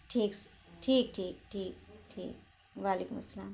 ٹھیک ٹھیک ٹھیک ٹھیک ٹھیک وعلیکم السلام